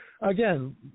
again